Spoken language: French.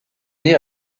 née